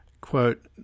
quote